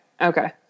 Okay